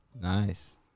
Nice